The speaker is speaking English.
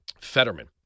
Fetterman